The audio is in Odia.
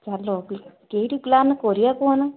ଚାଲ କେଇଟି ପ୍ଲାନ୍ କରିବା କହନା